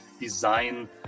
design